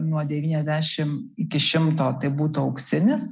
nuo devyniasdešimt iki šimto tai būtų auksinis